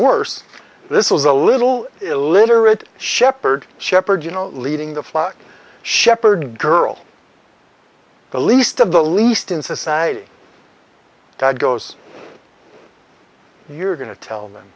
worse this was a little illiterate shepherd shepherd you know leading the flock shepherd girl the least of the least in society that goes you're going to tell them